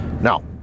now